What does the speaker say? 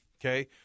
okay